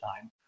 time